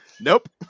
nope